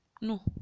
no